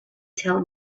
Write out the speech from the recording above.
tell